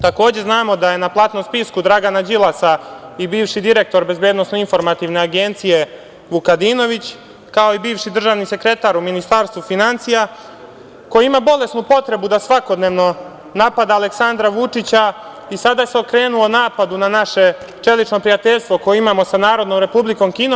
Takođe, znamo da je na platnom spisku Dragana Đilasa i bivši direktor BIA Vukadinović, kao i bivši državni sekretar u Ministarstvu finansija, koji ima bolesnu potrebu da svakodnevno napada Aleksandra Vučića i sada se okrenuo napadu na naše čelično prijateljstvo koje imamo sa Narodnom Republikom Kinom.